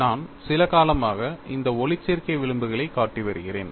நான் சில காலமாக இந்த ஒளிச்சேர்க்கை விளிம்புகளைக் காட்டி வருகிறேன்